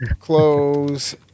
close